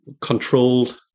controlled